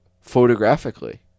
photographically